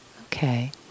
Okay